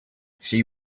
she